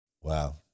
Wow